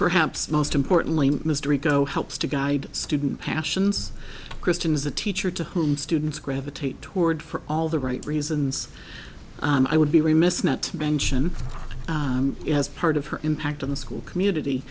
perhaps most importantly mystery go help guide student passions christian is a teacher to whom students gravitate toward for all the right reasons i would be remiss not to mention it as part of her impact on the school community